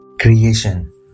creation